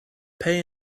pay